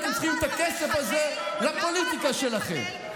ואתם צריכים את הכסף הזה לפוליטיקה שלכם.